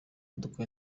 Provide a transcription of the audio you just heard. dukora